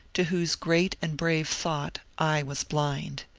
to whose great and brave thought i was blind.